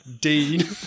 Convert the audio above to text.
Dean